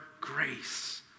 grace